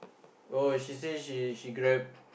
oh she say she she Grab